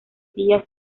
días